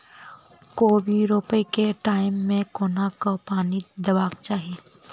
कोबी रोपय केँ टायम मे कोना कऽ पानि देबाक चही?